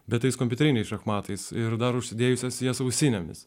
bet tais kompiuteriniais šachmatais ir dar užsidėjusios jas ausinėmis